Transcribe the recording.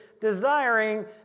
desiring